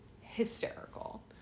hysterical